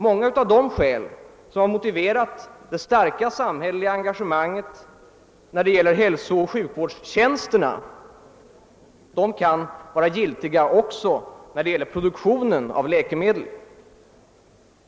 Många av de skäl som motiverat det starka samhälleliga engagemanget när det gäller hälsooch sjukvårdstjänsterna kan vara giltiga också beträffande produktionen av läkemedel.